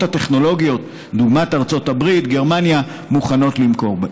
טכנולוגיות דוגמת ארצות הברית וגרמניה מוכנות למכור.